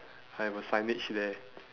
I have a signage there